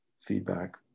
feedback